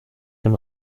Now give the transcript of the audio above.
dem